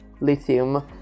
lithium